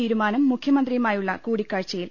തീരുമാനം മുഖ്യമന്ത്രിയുമായുള്ള കൂടിക്കാഴ്ചയിൽ